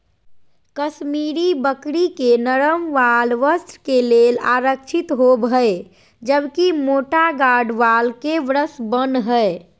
कश्मीरी बकरी के नरम वाल वस्त्र के लेल आरक्षित होव हई, जबकि मोटा गार्ड वाल के ब्रश बन हय